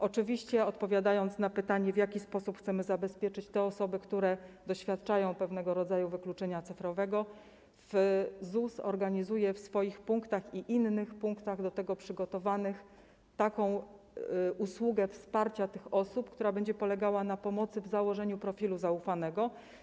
Oczywiście odpowiadając na pytanie, w jaki sposób chcemy zabezpieczyć te osoby, które doświadczają pewnego rodzaju wykluczenia cyfrowego, ZUS organizuje w swoich punktach i innych punktach do tego przygotowanych usługę wsparcia tych osób, która będzie polegała na pomocy w założeniu profilu zaufanego.